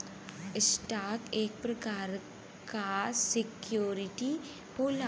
stock एक प्रकार क सिक्योरिटी होला